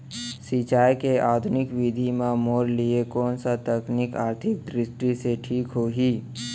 सिंचाई के आधुनिक विधि म मोर लिए कोन स तकनीक आर्थिक दृष्टि से ठीक होही?